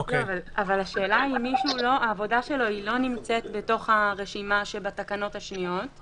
אבל השאלה היא אם העבודה של מישהו לא נמצאת בתוך הרשימה שבתקנות השניות,